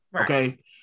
Okay